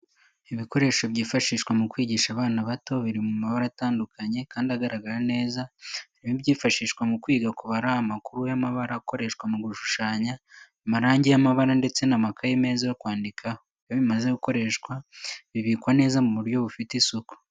Ibikoresho byifashishwa mu kwigisha abana bato biri mu mabara atandukanye kandi agaragara neza harimo ibyifashishwa mu kwiga kubara, amakaramu y'amabara akoreshwa mu gushushanya, amarangi y'amabara ndetse n'amakaye meza yo kwandikamo, iyo bimaze gukoreshwa bibikwa neza mu buryo bufite isuku.